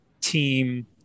team